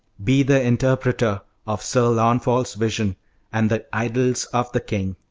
be the interpreter of sir launfal's vision and the idylls of the king